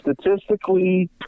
statistically